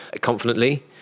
confidently